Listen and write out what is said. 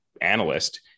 analyst